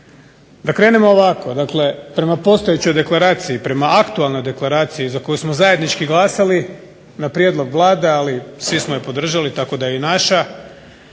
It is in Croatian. Da krenemo ovako, dakle prema postojećoj deklaraciji, prema aktualnoj deklaraciji za koju smo zajednički glasali na prijedlog Vlade, ali svi smo je podržali, tako da je i naša,